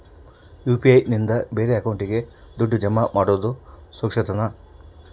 UPI ನಿಂದ ಬೇರೆ ಅಕೌಂಟಿಗೆ ದುಡ್ಡು ಜಮಾ ಮಾಡೋದು ಸುರಕ್ಷಾನಾ?